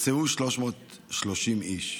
ונפצעו 330 איש.